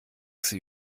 sie